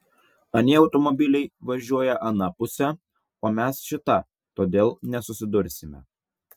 anie automobiliai važiuoja ana puse o mes šita todėl nesusidursime